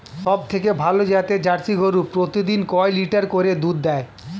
সবথেকে ভালো জাতের জার্সি গরু প্রতিদিন কয় লিটার করে দুধ দেয়?